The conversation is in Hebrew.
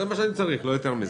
זה מה שאני צריך, לא יותר מזה.